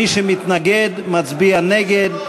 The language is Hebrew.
ומי שמתנגד מצביע נגד.